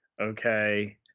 okay